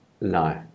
No